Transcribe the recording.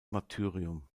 martyrium